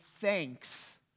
thanks